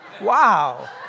wow